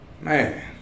Man